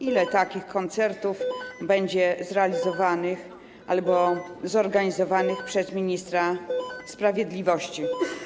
Ile takich koncertów będzie zrealizowanych albo zorganizowanych przez ministra sprawiedliwości?